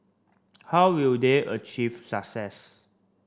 how will they achieve success